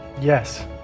Yes